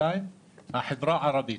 החברה הערבית.